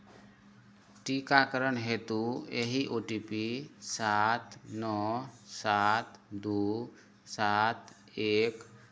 टीकाकरण हेतु एहि ओ टी पी सात नओ सात दू सात एक